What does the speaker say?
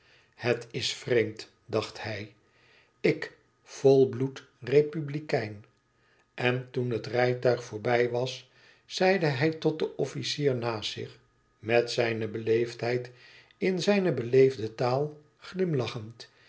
het is vreemd dacht hij ik volbloed republikein en toen het rijtuig voorbij was zeide hij tot den officier naast hem met zijne beleefdheid in zijne beleefde taal glimlachend